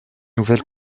nouvelle